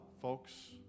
folks